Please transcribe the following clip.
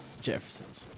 Jefferson's